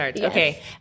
okay